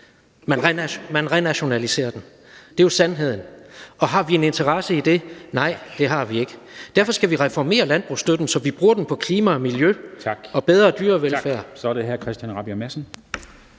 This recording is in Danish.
Man renationaliserer den. Det er jo sandheden. Og har vi en interesse i det? Nej, det har vi ikke. Derfor skal vi reformere landbrugsstøtten, så vi bruger den på klima og miljø og bedre dyrevelfærd.